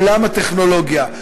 עולם הטכנולוגיה.